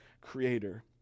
creator